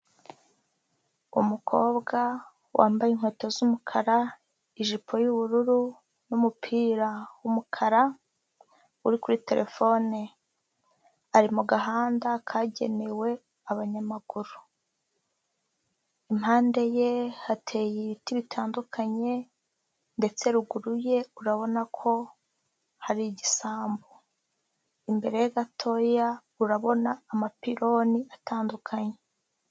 Umukobwa wambaye inkweto z'umukara, ijipo y'ubururu n'umupira w'umukara uri kuri telefone, ari mu gahanda kagenewe abanyamaguru, impande ye hateye ibiti bitandukanye ndetse ruguru ye urabona ko hari igisambu. Imbere ye gatoya urabona amapironi atandukanye.